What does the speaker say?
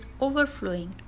overflowing